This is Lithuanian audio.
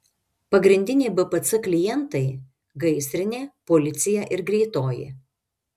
pagrindiniai bpc klientai gaisrinė policija ir greitoji